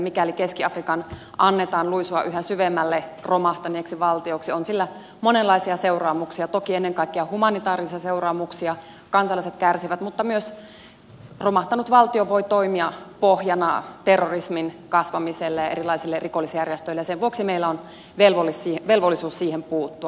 mikäli keski afrikan annetaan luisua yhä syvemmälle romahtaneeksi valtioksi on sillä monenlaisia seuraamuksia toki ennen kaikkea humanitaarisia seuraamuksia kansalaiset kärsivät mutta romahtanut valtio voi myös toimia pohjana terrorismin kasvamiselle ja erilaisille rikollisjärjestöille ja sen vuoksi meillä on velvollisuus siihen puuttua